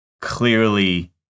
clearly